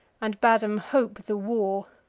and bade em hope the war.